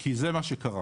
כי זה מה שקרה.